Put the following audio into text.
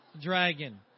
dragon